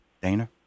Dana